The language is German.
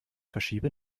verschiebe